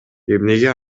эмнеге